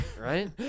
Right